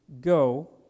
Go